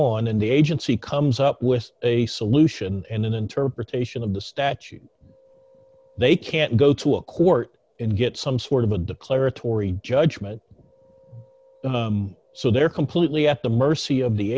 on in the agency comes up with a solution and an interpretation of the statute they can't go to a court and get some sort of a declaratory judgment so they're completely at the mercy of the